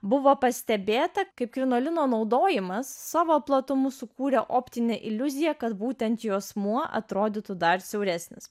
buvo pastebėta kaip krinolino naudojimas savo platumu sukūrė optinę iliuziją kad būtent juosmuo atrodytų dar siauresnis